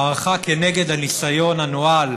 מערכה נגד הניסיון הנואל